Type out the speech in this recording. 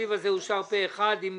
התקציב אושר פה אחד עם